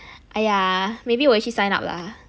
!aiya! maybe 我也去 sign up lah